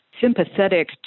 sympathetic